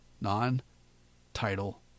Non-title